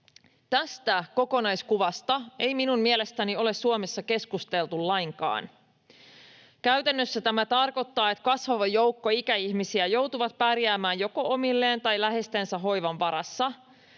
Tästä kokonaiskuvasta ei minun mielestäni ole Suomessa keskusteltu lainkaan. Käytännössä tämä tarkoittaa, että kasvava joukko ikäihmisiä joutuu pärjäämään joko omillaan tai läheistensä hoivan varassa.